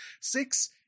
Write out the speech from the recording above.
six